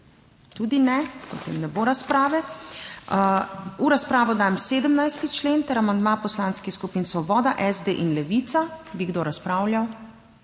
Tudi ne, potem ne bo razprave. V razpravo dajem 17. člen ter amandma poslanskih skupin Svoboda, SD in Levica. Bi kdo razpravljal?